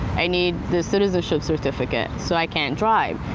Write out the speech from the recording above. i need the citizenship certificate. so i can't drive.